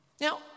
Now